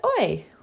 oi